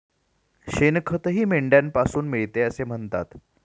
शेणखतही मेंढ्यांपासून मिळते असे म्हणतात